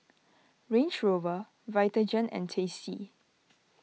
Range Rover Vitagen and Tasty